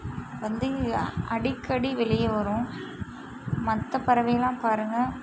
வந்து அடிக்கடி வெளியே வரும் மற்ற பறவையெல்லாம் பாருங்கள்